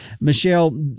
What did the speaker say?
Michelle